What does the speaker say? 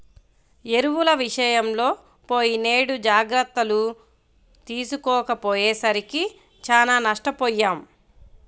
ఎరువుల విషయంలో పోయినేడు జాగర్తలు తీసుకోకపోయేసరికి చానా నష్టపొయ్యాం